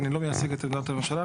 אני לא מייצג את עמדת הממשלה,